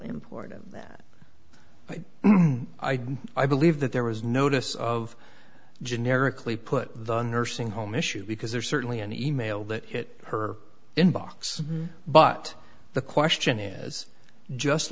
important that i i believe that there was notice of generically put the nursing home issue because there's certainly an e mail that hit her inbox but the question is just